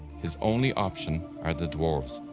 his only option are the dwarfs,